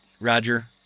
Roger